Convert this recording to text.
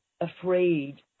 afraid